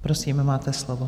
Prosím, máte slovo.